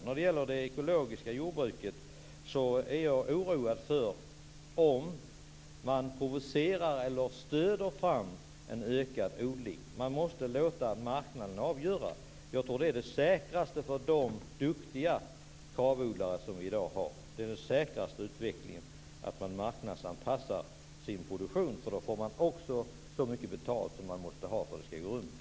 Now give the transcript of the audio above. När det gäller det ekologiska jordbruket är jag oroad för om man provocerar eller så att säga stöder fram en ökad odling. Marknaden måste få avgöra. Jag tror att det är säkrast för de duktiga Kravodlare som vi i dag har. Den säkraste utvecklingen är alltså att man marknadsanpassar sin produktion. Då får man så mycket betalt som behövs för att det skall gå runt.